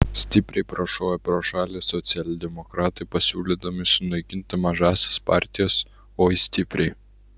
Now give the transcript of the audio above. stipriai prašovė pro šalį socialdemokratai pasiūlydami sunaikinti mažąsias partijas oi stipriai